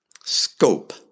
scope